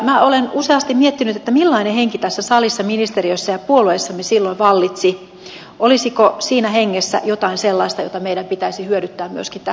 minä olen useasti miettinyt millainen henki tässä salissa ministeriössä ja puolueissamme silloin vallitsi olisiko siinä hengessä jotain sellaista jota meidän pitäisi hyödyntää myöskin tässä ajassa